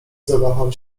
zawahał